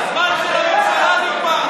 הזמן של הממשלה נגמר,